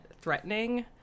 threatening